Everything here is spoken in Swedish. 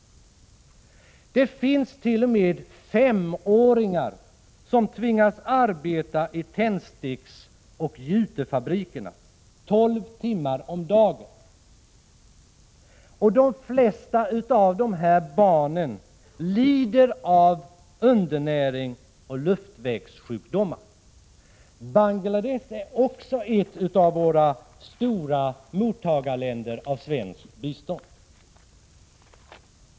Det finns t.o.m. femåringar som tvingas arbeta i tändsticksoch jutefabriker 12 timmar om dagen. De flesta av dessa barn lider av undernäring och luftvägssjukdomar. Bangladesh är också ett av våra stora mottagarländer av bistånd.